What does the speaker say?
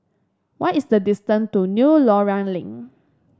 what is the distance to New Loyang Link